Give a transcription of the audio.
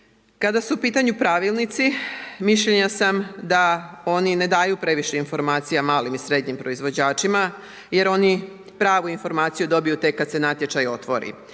Kada su u pitanju pravilnici, mišljenja sam da oni ne daju previše informacija malim i srednjim proizvođačima jer oni pravu informaciju dobiju tek kad se natječaj otvori.